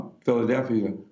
Philadelphia